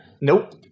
Nope